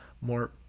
more